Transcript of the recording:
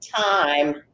time